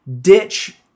ditch